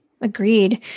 Agreed